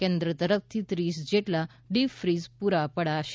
કેન્દ્ર તરફથી ત્રીસ જેટલાં ડીપ ફ્રીજ પૂરા પડાશે